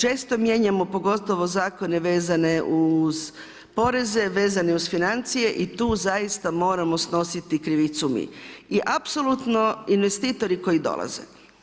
Često mijenjamo pogotovo zakone vezane uz poreze, vezane uz financije i tu zaista moramo snositi krivicu mi i apsolutno investitori koji dolaze.